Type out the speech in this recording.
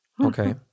Okay